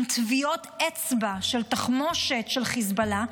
עם טביעות אצבע של תחמושת של חיזבאללה.